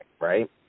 right